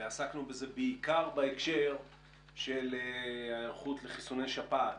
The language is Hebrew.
ועסקנו בזה בעיקר בהקשר של ההיערכות לחיסוני שפעת,